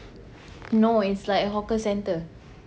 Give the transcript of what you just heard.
no it's like a hawker centre